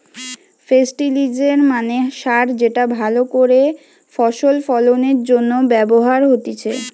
ফেস্টিলিজের মানে সার যেটা ভালো করে ফসল ফলনের জন্য ব্যবহার হতিছে